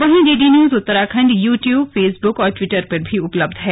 वहीं DD news Uttarakhand YouTube Facebook और Twitter पर भी उपलब्ध है